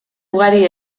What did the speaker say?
ugari